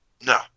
No